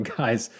guys